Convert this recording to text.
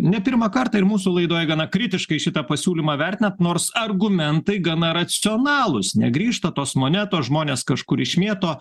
ne pirmą kartą ir mūsų laidoj gana kritiškai šitą pasiūlymą vertinat nors argumentai gana racionalūs negrįžta tos monetos žmonės kažkur išmėto